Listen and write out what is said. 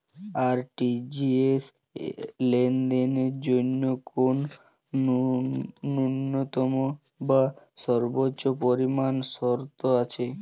RTGS লেনদেনের জন্য কোন ন্যূনতম বা সর্বোচ্চ পরিমাণ শর্ত আছে?